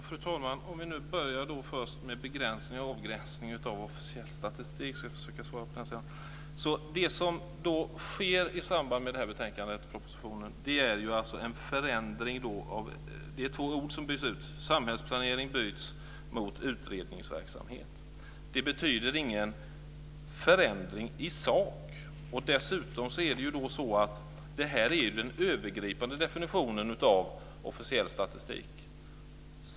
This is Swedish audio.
Fru talman! Jag börjar med begränsning och avgränsning av officiell statistik. Det som sker i samband med propositionen och betänkandet är att ordet "utredningsverksamhet". Det betyder ingen förändring i sak. Dessutom är det här den övergripande definitionen av officiell statistik.